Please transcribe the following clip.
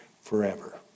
forever